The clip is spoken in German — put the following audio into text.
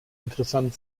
interessant